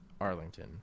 Arlington